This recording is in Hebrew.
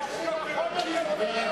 איזה חברתי?